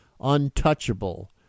Untouchable